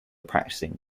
practicing